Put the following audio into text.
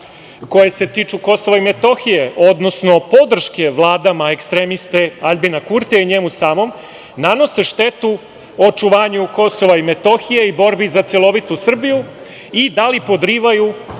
koje se tiču KiM, odnosno podrške vladama ekstremiste Aljbina Kurtija i njemu samom, nanose štetu očuvanju KiM i borbi za celovitu Srbiju i da li podrivaju